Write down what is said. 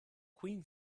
queen